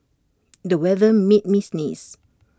the weather made me sneeze